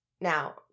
now